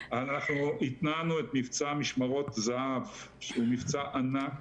התנענו את מבצע "משמרות זהב" שהוא מבצע ענק,